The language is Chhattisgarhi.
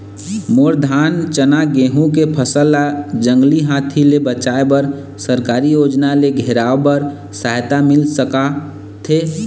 मोर धान चना गेहूं के फसल ला जंगली हाथी ले बचाए बर सरकारी योजना ले घेराओ बर सहायता मिल सका थे?